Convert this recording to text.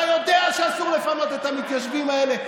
אתה יודע שאסור לפנות את המתיישבים האלה,